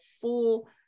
full